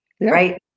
right